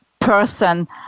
person